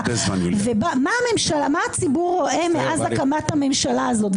מה הציבור רואה מאז הקמת הממשלה הזאת?